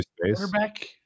quarterback